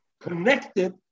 connected